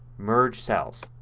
merge cells.